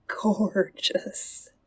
gorgeous